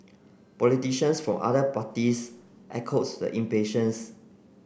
politicians from other parties echoed the impatience